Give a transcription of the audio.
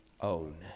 own